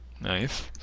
Nice